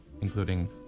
including